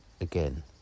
again